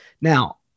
Now